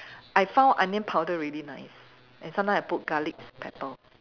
I found onion powder really nice and sometimes I put garlic pepper